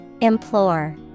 Implore